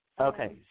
Okay